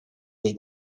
dei